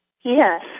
Yes